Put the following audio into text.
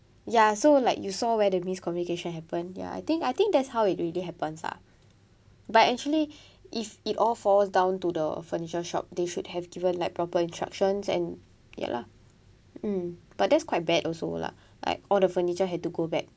ya so like you saw where the miscommunication happen ya I think I think that's how it really happens ah but actually if it all falls down to the furniture shop they should have given like proper instructions and ya lah mm but that's quite bad also lah like all the furniture had to go back